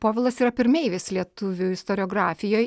povilas yra pirmeivis lietuvių istoriografijoj